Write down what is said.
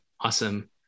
Awesome